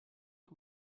que